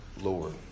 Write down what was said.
Lord